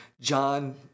John